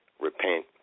repent